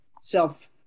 self